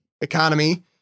economy